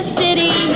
city